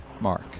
Mark